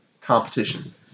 competition